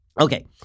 Okay